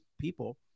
people